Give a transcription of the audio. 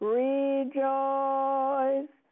rejoice